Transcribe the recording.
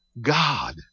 God